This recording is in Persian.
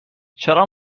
چرا